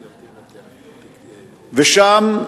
ושם,